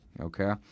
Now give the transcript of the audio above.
okay